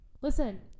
listen